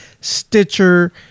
Stitcher